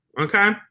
Okay